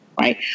Right